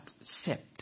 accept